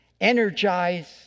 energize